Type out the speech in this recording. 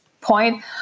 point